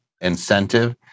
incentive